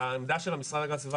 העמדה של המשרד להגנת הסביבה,